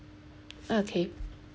okay